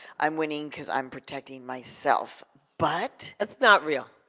i'm winning because i'm protecting myself but it's not real,